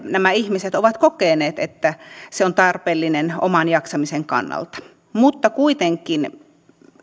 nämä ihmiset ovat kokeneet että se on tarpeellinen oman jaksamisen kannalta kuitenkin